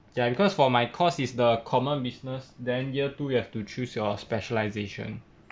ya because for my course is the common business then year two you have to choose your specialisation